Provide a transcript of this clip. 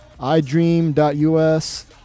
idream.us